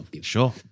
Sure